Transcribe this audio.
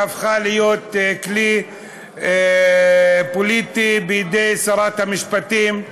שהפכה להיות כלי פוליטי בידי שרת המשפטים,